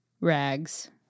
rags